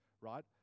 right